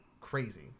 crazy